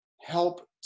help